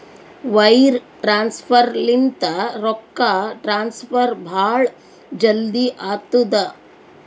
wire transfer ಲಿಂತ ರೊಕ್ಕಾ transfer ಭಾಳ್ ಜಲ್ದಿ ಆತ್ತುದ